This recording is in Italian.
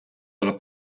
dalla